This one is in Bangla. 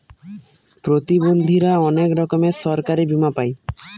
প্রতিবন্ধীরা অনেক রকমের সরকারি বীমা পাই